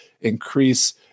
increase